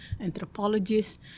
anthropologists